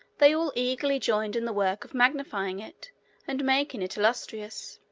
they all eagerly joined in the work of magnifying it and making it illustrious.